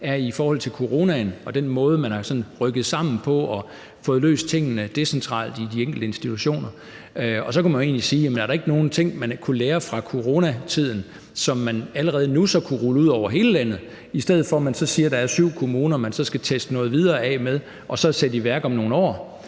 fra coronasituationen og den måde, man sådan er rykket sammen på og har fået løst tingene decentralt i de enkelte institutioner. Så kunne man jo egentlig spørge: Er der ikke nogen ting, man kunne lære af coronatiden, som man allerede nu kunne rulle ud over hele landet, i stedet for at man siger, at der er syv kommuner, man skal teste noget af med yderligere og så sætte det i værk om nogle år?